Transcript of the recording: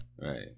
right